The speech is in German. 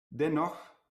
dennoch